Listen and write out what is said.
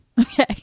Okay